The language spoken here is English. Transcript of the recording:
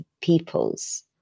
people's